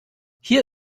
hier